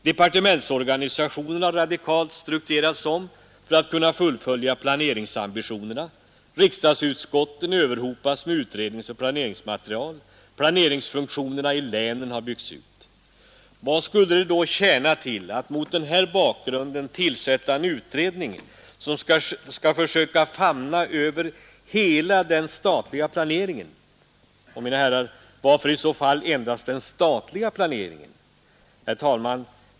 Departementsorganisationen har radikalt strukturerats om för att kunna fullfölja planeringsambitionerna. Riksdagsutskotten överhopas med ut och idéer växer fram. redningsoch planeringsmaterial. Planeringsfunktionerna i länen har byggts ut. Vad skulle det då tjäna till att mot den bakgrunden tillsätta en utredning som skall försöka famna över hela den statliga planeringen? Och, mina herrar, varför i så fall endast den statliga planeringen?